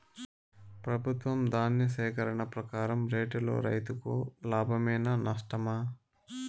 ప్రభుత్వం ధాన్య సేకరణ ప్రకారం రేటులో రైతుకు లాభమేనా నష్టమా?